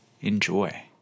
Enjoy